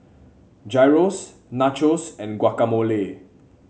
Gyros Nachos and Guacamole